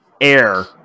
Air